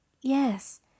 Yes